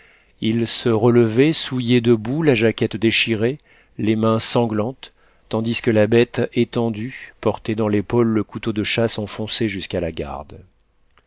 il se relevait souillé de boue la jaquette déchirée les mains sanglantes tandis que la bête étendue portait dans l'épaule le couteau de chasse enfoncé jusqu'à la garde